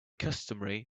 customary